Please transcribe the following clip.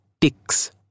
ticks